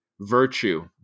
virtue